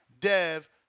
Dev